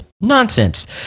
nonsense